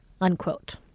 unquote